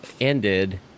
ended